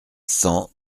cent